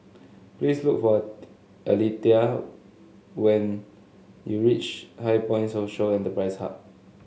please look for Aletha when you reach HighPoint Social Enterprise Hub